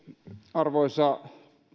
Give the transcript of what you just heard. arvoisa